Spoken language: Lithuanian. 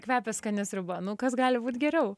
kvepia skania sriuba nu kas gali būt geriau